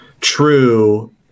true